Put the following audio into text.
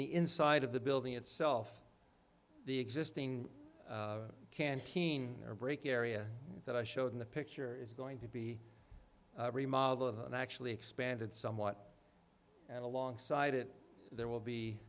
the inside of the building itself the existing canteen or break area that i showed in the picture is going to be actually expanded somewhat and alongside it there will be